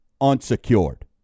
unsecured